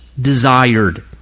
desired